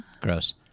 Gross